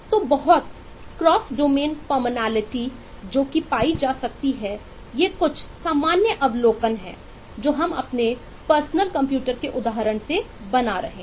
तो बहुत cross domain के उदाहरण से बना रहे हैं